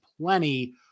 plenty